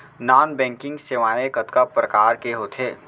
non banking सेवाएं कतका प्रकार के होथे